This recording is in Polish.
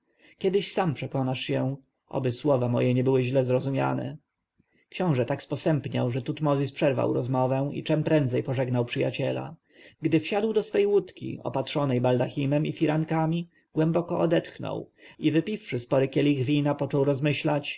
kiedyś sam przekonasz się oby słowa moje nie były źle zrozumiane książę tak sposępniał że tutmozis przerwał rozmowę i czem prędzej pożegnał przyjaciela gdy wsiadł do swej łódki opatrzonej baldachimem i firankami głęboko odetchnął i wypiwszy spory kielich wina począł rozmyślać